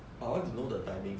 I want to know the timing